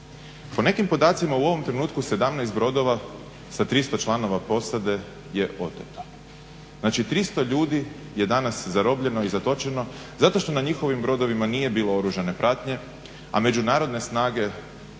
Po nekim podacima u ovom trenutku 17 brodova sa 300 članova posade je oteto. Znači, 300 ljudi je danas zarobljeno i zatočeno zato što na njihovim brodovima nije bilo oružane pratnje, a međunarodne snage